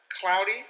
Cloudy